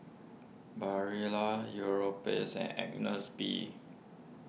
Barilla Europace and Agnes B